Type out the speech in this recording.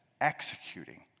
Executing